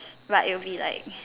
right it will be like